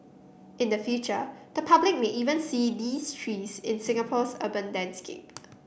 in the future the public may even see these trees in Singapore's urban landscape